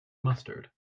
mustard